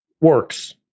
works